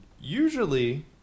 usually